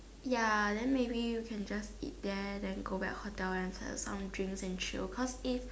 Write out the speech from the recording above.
ya then maybe we can just eat there and then go back hotel and set up some drinks and chill because if